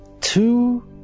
Two